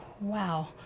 wow